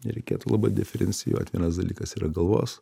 reikėtų labai diferencijuot vienas dalykas yra galvos